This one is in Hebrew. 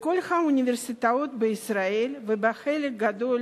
בכל האוניברסיטאות בישראל ובחלק גדול